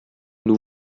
nous